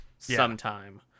sometime